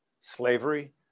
slavery